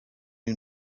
you